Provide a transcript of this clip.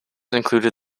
include